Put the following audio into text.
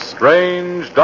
Strange